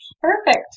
Perfect